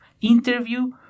interview